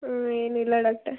ಹಾಂ ಏನಿಲ್ಲ ಡಾಕ್ಟರ್